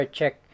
check